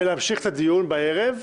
ולהמשיך את הדיון בערב.